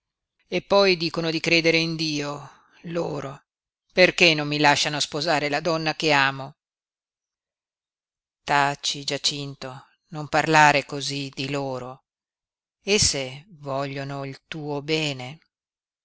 ricordi eppoi dicono di credere in dio loro perché non mi lasciano sposare la donna che amo taci giacinto non parlare cosí di loro esse vogliono il tuo bene